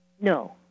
No